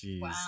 Wow